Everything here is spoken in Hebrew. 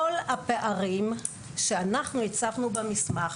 כל הפערים שאנחנו הצפנו במסמך,